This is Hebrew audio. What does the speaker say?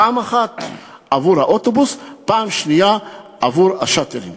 פעם אחת עבור האוטובוס ופעם שנייה עבור ה"שאטלים"?